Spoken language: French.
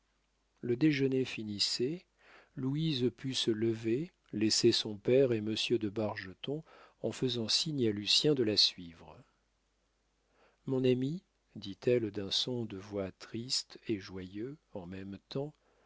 le déjeuner finissait louise put se lever laisser son père et monsieur de bargeton en faisant signe à lucien de la suivre mon ami dit-elle d'un son de voix triste et joyeux en même temps